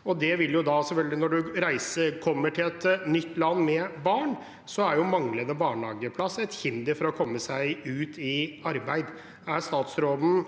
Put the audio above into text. for når man reiser og kommer til et nytt land med barn, er manglende barnehageplass et hinder for å komme seg ut i arbeid. Er statsråden